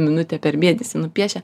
minutę per mėnesį nupiešia